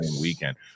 weekend